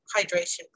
hydration